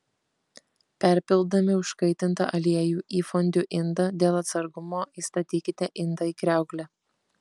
perpildami užkaitintą aliejų į fondiu indą dėl atsargumo įstatykite indą į kriauklę